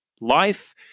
life